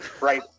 right